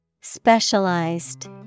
Specialized